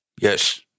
Yes